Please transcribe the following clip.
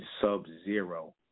sub-zero